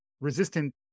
resistant